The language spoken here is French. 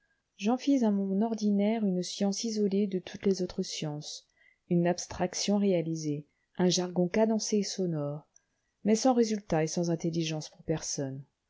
fis à mon ordinaire une science isolée de toutes les autres sciences une abstraction réalisée un jargon cadencé et sonore mais sans résultat et sans intelligence pour personne